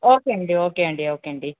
okay అండి okay అండి okay అండి